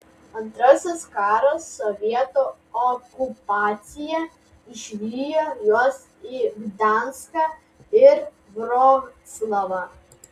antrasis karas sovietų okupacija išvijo juos į gdanską ir vroclavą